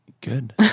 Good